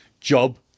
Job